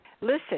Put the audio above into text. Listen